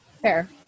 fair